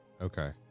Okay